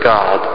God